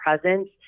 presence